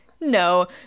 no